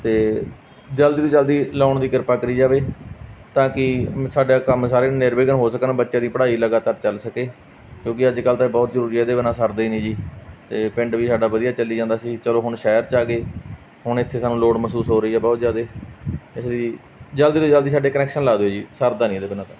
ਅਤੇ ਜਲਦੀ ਤੋਂ ਜਲਦੀ ਲਗਾਉਣ ਦੀ ਕਿਰਪਾ ਕਰੀ ਜਾਵੇ ਤਾਂ ਕਿ ਮ ਸਾਡਾ ਕੰਮ ਸਾਰੇ ਨਿਰਵਿਘਨ ਹੋ ਸਕਣ ਬੱਚੇ ਦੀ ਪੜ੍ਹਾਈ ਲਗਾਤਾਰ ਚੱਲ ਸਕੇ ਕਿਉਂਕਿ ਅੱਜ ਕੱਲ੍ਹ ਤਾਂ ਇਹ ਬਹੁਤ ਜ਼ਰੂਰੀ ਇਹਦੇ ਬਿਨਾਂ ਸਰਦਾ ਹੀ ਨਹੀਂ ਜੀ ਅਤੇ ਪਿੰਡ ਵੀ ਸਾਡਾ ਵਧੀਆ ਚੱਲੀ ਜਾਂਦਾ ਸੀ ਚਲੋ ਹੁਣ ਸ਼ਹਿਰ 'ਚ ਆ ਗਏ ਹੁਣ ਇੱਥੇ ਸਾਨੂੰ ਲੋੜ ਮਹਿਸੂਸ ਹੋ ਰਹੀ ਹੈ ਬਹੁਤ ਜ਼ਿਆਦਾ ਇਸ ਲਈ ਜਲਦੀ ਤੋਂ ਜਲਦੀ ਸਾਡੇ ਕਨੈਕਸ਼ਨ ਲਗਾ ਦਿਓ ਜੀ ਸਰਦਾ ਨਹੀਂ ਇਹਦੇ ਬਿਨਾਂ ਤਾਂ